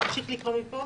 אני אמשיך לקרוא מפה,